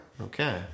Okay